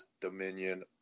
Dominion